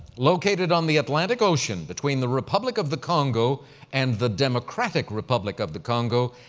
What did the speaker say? located on the atlantic ocean between the republic of the congo and the democratic republic of the congo,